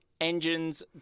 Engines